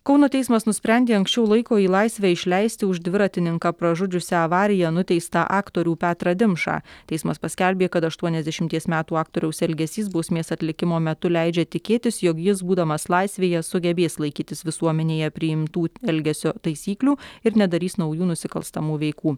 kauno teismas nusprendė anksčiau laiko į laisvę išleisti už dviratininką pražudžiusią avariją nuteistą aktorių petrą dimšą teismas paskelbė kad aštuoniasdešimties metų aktoriaus elgesys bausmės atlikimo metu leidžia tikėtis jog jis būdamas laisvėje sugebės laikytis visuomenėje priimtų elgesio taisyklių ir nedarys naujų nusikalstamų veikų